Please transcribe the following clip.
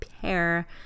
pair